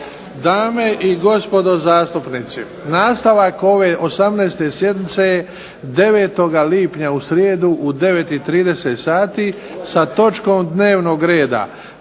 Dame i gospodo zastupnici, nastavak ove 18. sjednice je 9. lipnja u srijedu u 9,30 sati sa točkom dnevnog reda